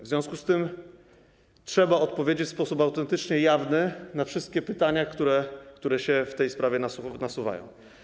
W związku z tym trzeba odpowiedzieć w sposób autentycznie jawny na wszystkie pytania, które się w tej sprawie nasuwają.